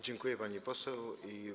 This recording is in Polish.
Dziękuję, pani poseł.